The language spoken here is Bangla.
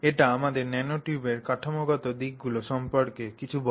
এটি আমাদের ন্যানোটিউবের কাঠামোগত দিকগুলি সম্পর্কে কিছু বলে